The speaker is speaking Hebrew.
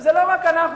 זה לא רק אנחנו,